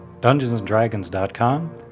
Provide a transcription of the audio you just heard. DungeonsandDragons.com